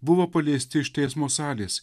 buvo paleisti iš teismo salės